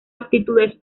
aptitudes